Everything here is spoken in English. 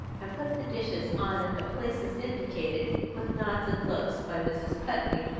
and put the dishes on at the places indicated with nods and looks by mrs. putney,